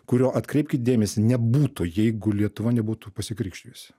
kurio atkreipkit dėmesį nebūtų jeigu lietuva nebūtų pasikrikštyjusi